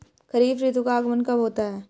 खरीफ ऋतु का आगमन कब होता है?